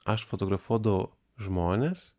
aš fotografuodavau žmones